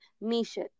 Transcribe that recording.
Misha